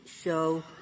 show